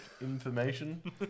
information